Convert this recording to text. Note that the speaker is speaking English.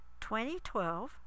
2012